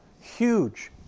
huge